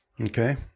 Okay